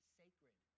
sacred